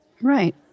Right